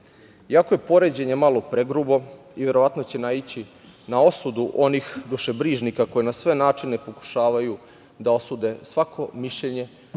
je poređenje malo pregrubo, i verovatno će naići na osudu onih dušebrižnika, koji na sve načine pokušavaju da osude svako mišljenje,